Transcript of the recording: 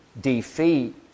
defeat